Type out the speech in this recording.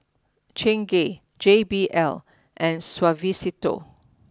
Chingay J B L and Suavecito